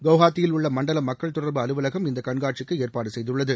குவஹாத்தியில் உள்ள மண்டல மக்கள் தொடர்பு அலுவலகம் இந்தக் கண்காட்சிக்கு ஏற்பாடு செய்துள்ளது